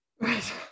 right